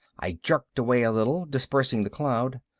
i jerked away a little, dispersing the cloud.